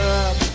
up